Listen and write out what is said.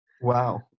Wow